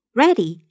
ready